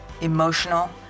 emotional